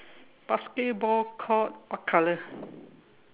basketball court what color